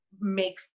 make